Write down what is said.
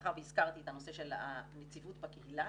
מאחר והזכרתי את הנושא של הנציבות בקהילה,